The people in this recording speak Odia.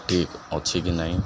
ଠିକ୍ ଅଛି କି ନାହିଁ